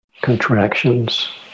contractions